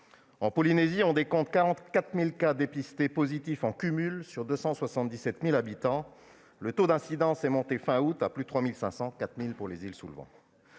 En Polynésie, on décompte 44 000 cas dépistés positifs en cumul sur 277 000 habitants. Le taux d'incidence est monté fin août à plus de 3 500, à 4 000 aux îles Sous-le-Vent.